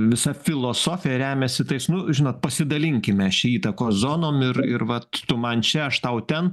visa filosofija remiasi tais nu žinot pasidalinkime šį įtakos zonom ir ir vat tu man čia aš tau ten